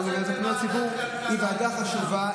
אבל פניות ציבור היא ועדה חשובה.